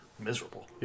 miserable